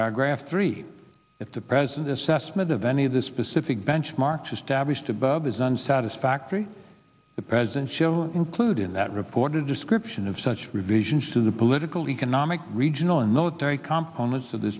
congress graph three at the present assessment of any of the specific benchmarks established above isn't satisfactory the president include in that report a description of such revisions to the political economic regional and military complements of the